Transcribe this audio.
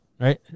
Right